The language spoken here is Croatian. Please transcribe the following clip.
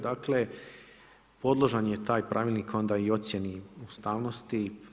Dakle, podložan je taj pravilnik onda i ocjeni ustavnosti.